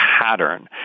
pattern